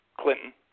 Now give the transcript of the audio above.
Clinton